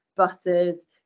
Buses